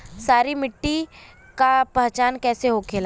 सारी मिट्टी का पहचान कैसे होखेला?